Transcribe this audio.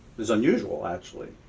is unusual, actually.